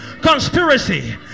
conspiracy